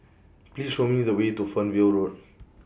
Please Show Me The Way to Fernvale Road